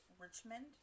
Richmond